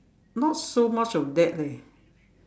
not so much of that leh